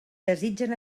desitgen